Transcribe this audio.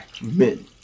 Men